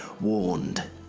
warned